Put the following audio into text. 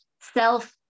self